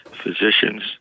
physicians